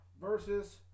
versus